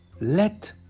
Let